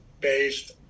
based